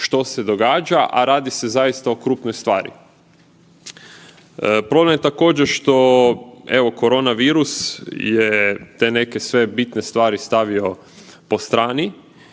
što se događa, a radi se zaista o krupnoj stvari. Problem je također što evo korona virus je te sve neke bitne stvari stavio po strani